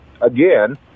Again